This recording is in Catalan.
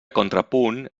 contrapunt